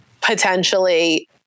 potentially